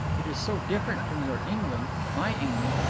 it is so different from your england, my england.